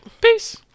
Peace